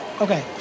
Okay